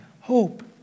hope